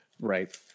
Right